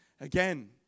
Again